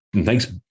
thanks